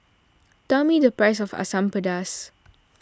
tell me the price of Asam Pedas